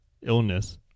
illness